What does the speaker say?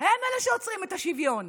הם שעוצרים את השוויון,